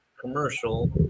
commercial